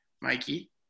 Mikey